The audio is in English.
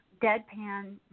deadpan